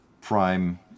prime